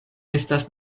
estas